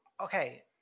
okay